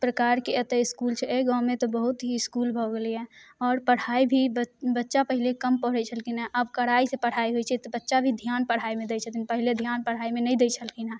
प्रकारके एतऽ इसकूल छै अइ गाँवमे तऽ बहुत ही इसकूल भऽ गेलैए आओर पढ़ाइ भी बऽ बच्चा पहिले कम पढ़ै छलखिन हँ आब कड़ाइसँ पढ़ाइ होइ छै तऽ आब बच्चा भी ध्यान पढ़ाइमे दै छथिन पहिले ध्यान पढ़ाइमे नहि दै छलखिन हँ